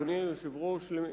אדוני היושב-ראש,